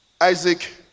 Isaac